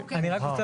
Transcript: אני פונה